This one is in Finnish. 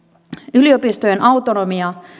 yliopistojen autonomia